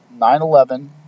9-11